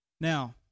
Now